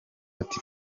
ati